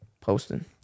Posting